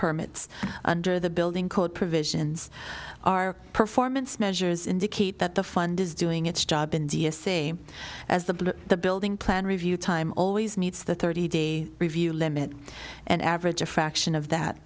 permits under the building code provisions our performance measures indicate that the fund is doing its job india say as the the building plan review time always meets the thirty day review limit and average a fraction of